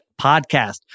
podcast